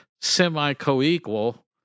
semi-coequal